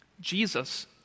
Jesus